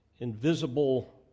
invisible